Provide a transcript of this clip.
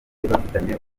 bafitanye